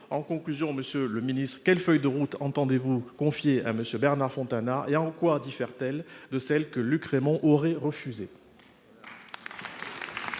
En conclusion, monsieur le ministre, quelle feuille de route entendez vous confier à Bernard Fontana et en quoi diffère t elle de celle que Luc Rémont aurait refusée ?